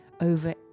over